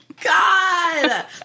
god